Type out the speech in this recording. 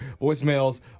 Voicemails